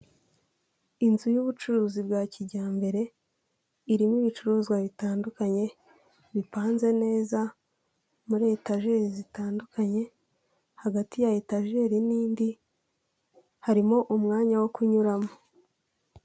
Inzu y'ubucuruzi bwa kijyambere, irimo ibicuruzwa bitandukanye, bipanze neza muri etajeri zitandukanye, hagati ya etajeri n'indi harimo umwanya wo kunyuramo.